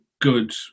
good